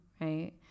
right